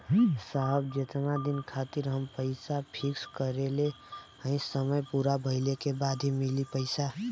साहब जेतना दिन खातिर हम पैसा फिक्स करले हई समय पूरा भइले के बाद ही मिली पैसा?